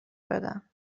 بدم